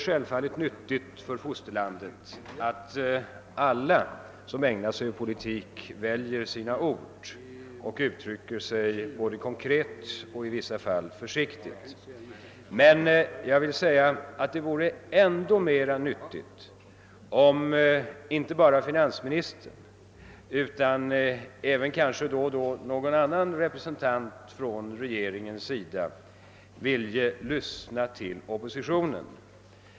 Självfallet är det bra om alla som ägnar sig åt politik väljer sina ord och uttrycker sig konkret och, i vissa fall, försiktigt. Men det vore ännu bättre om inte bara finansministern utan även någon annan representant för regeringen då och då lyssnade på oppositionen.